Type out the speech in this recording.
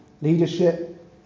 leadership